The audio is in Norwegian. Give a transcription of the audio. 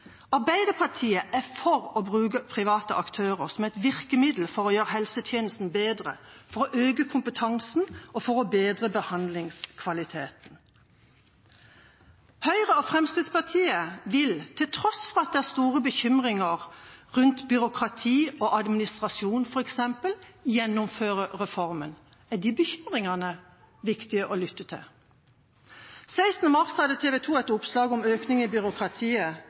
Arbeiderpartiet er for å bruke private aktører som et virkemiddel for å gjøre helsetjenesten bedre, for å øke kompetansen og for å bedre behandlingskvaliteten. Høyre og Fremskrittspartiet vil, til tross for at det er store bekymringer rundt byråkrati og administrasjon f.eks., gjennomføre reformen. Er de bekymringene viktige å lytte til? Den 16. mars hadde TV 2 et oppslag om økning i byråkratiet